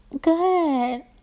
good